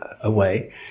away